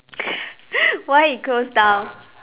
why it close down